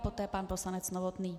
Poté pan poslanec Novotný.